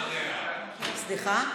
סליחה?